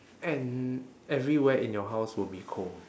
and everywhere in your house will be cold